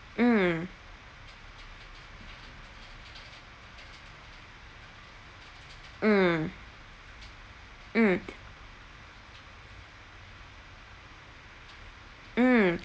mm mm mm mm